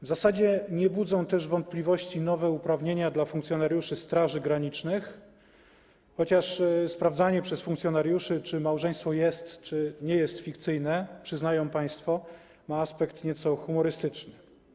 W zasadzie nie budzą też wątpliwości nowe uprawnienia dla funkcjonariuszy straży granicznych, chociaż sprawdzanie przez funkcjonariuszy, czy małżeństwo jest czy nie jest fikcyjne, przyznają państwo, ma aspekt nieco humorystyczny.